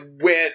went